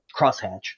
crosshatch